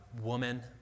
woman